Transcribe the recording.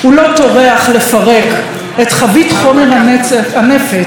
הוא לא טורח לפרק את חבית חומר הנפץ